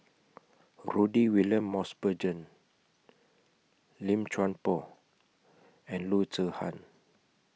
Rudy William Mosbergen Lim Chuan Poh and Loo Zihan